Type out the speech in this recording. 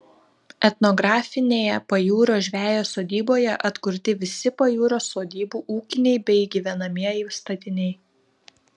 etnografinėje pajūrio žvejo sodyboje atkurti visi pajūrio sodybų ūkiniai bei gyvenamieji statiniai